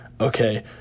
Okay